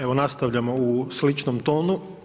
Evo nastavljamo u sličnom tonu.